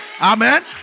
Amen